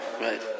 Right